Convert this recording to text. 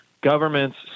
governments